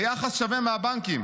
ויחס שווה מהבנקים.